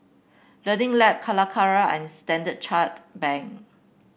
Learning Lab Calacara and Standard Chartered Bank